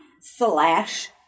slash